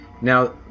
Now